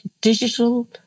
digital